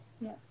yes